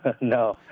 No